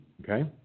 Okay